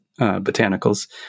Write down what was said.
botanicals